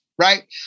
right